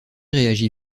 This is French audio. réagit